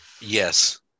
Yes